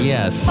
Yes